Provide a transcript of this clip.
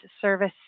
service